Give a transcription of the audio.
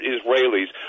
Israelis